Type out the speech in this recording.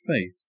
faith